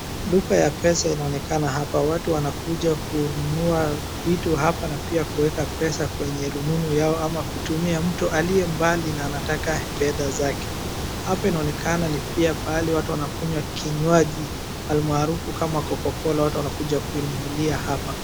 Duka ya pesa inaonekana hapa. Watu wanakuja kuhudumiwa vitu hapa na pia kuweka pesa kwenye rununu yao, ama kutumia mtu aliye mbali na anataka fedha zake. Hapa inaonekana ni pia pahali watu wanakunywa kinywaji, almaarufu kama coca-cola, watu wanakuja kuinunulia hapa.